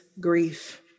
grief